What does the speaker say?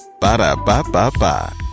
Ba-da-ba-ba-ba